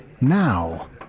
now